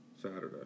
Saturday